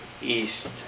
east